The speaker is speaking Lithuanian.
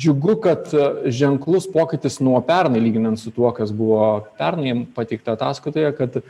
džiugu kad ženklus pokytis nuo pernai lyginant su tuo kas buvo pernai pateikta ataskaitoje kad